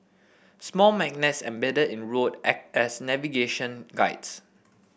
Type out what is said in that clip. small magnets embedded in road act as navigation guides